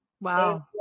Wow